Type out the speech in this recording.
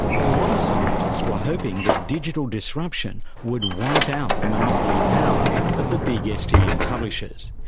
a lot of scientists were hoping that digital disruption would wipe out the monopoly power of the big stm publishers.